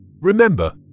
Remember